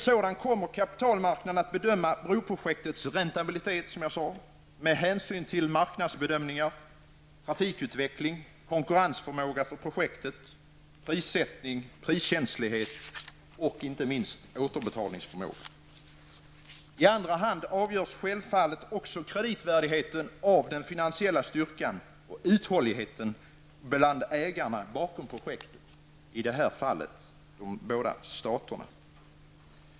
Kapitalmarknaden kommer att bedöma broprojektets räntabilitet med hänsyn till marknadsbedömningar, trafikutveckling, konkurrensförmåga för projektet, prissättning, priskänslighet och inte minst återbetalningsförmåga. I andra hand avgörs självfallet också kreditvärdigheten av den finansiella styrkan och uthålligheten hos ägarna bakom projektet, i det här fallet de båda staterna.